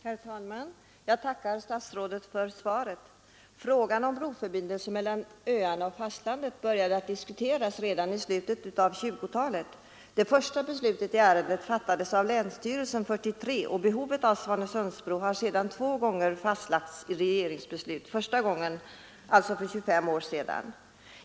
Herr talman! Jag tackar statsrådet för svaret. Frågan om broförbindelse mellan öarna och fastlandet började diskuteras redan i slutet av 1920-talet. Det första beslutet i ärendet fattades av länsstyrelsen 1943, och behovet av Svanesundsbron har sedan två gånger fastlagts i regeringsbeslut, första gången redan för 25 år sedan.